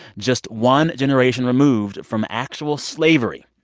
just one generation removed from actual slavery.